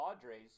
Padres